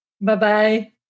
Bye-bye